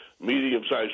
Medium-sized